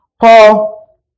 Paul